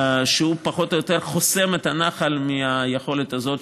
שהוא פחות או יותר חוסם את היכולת הזאת